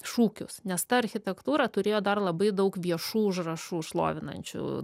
šūkius nes ta architektūra turėjo dar labai daug viešų užrašų šlovinančių